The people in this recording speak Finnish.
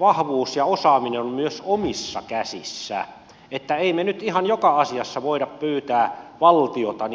vahvuus ja osaaminen on myös omissa käsissä että ei me nyt ihan joka asiassa voida pyytää valtiota niin sanotusti apuun